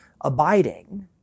abiding